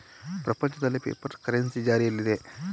ಪ್ರಪಂಚದಲ್ಲಿ paper currency ಜಾರಿಯಲ್ಲಿದೆ